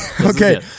Okay